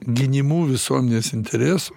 gynimu visuomenės interesų